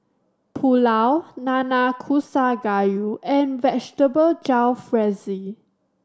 Pulao Nanakusa Gayu and Vegetable Jalfrezi